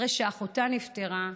אחרי שאחותה נפטרה,